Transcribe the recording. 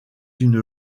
une